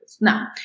Now